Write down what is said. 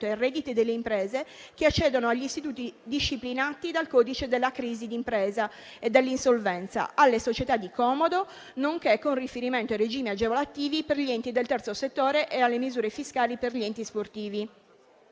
ai redditi delle imprese che accedono agli istituti disciplinati dal codice della crisi d'impresa e dell'insolvenza, alle società "di comodo", nonché con riferimento ai regimi agevolativi per gli enti del terzo settore e alle misure fiscali per gli enti sportivi.